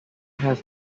have